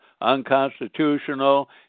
unconstitutional